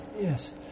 Yes